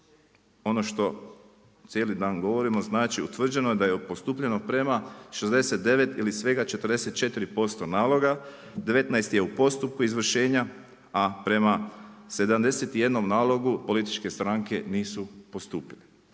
Ono što cijeli dan govorimo znači utvrđeno je da postupljeno prema 69 ili svega 44% naloga, 19 je u postupku izvršenja, a prema 71 nalogu političke stranke nisu postupile.